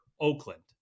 Oakland